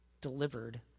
delivered